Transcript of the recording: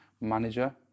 manager